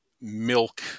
milk